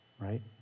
Right